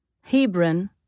Hebron